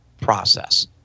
process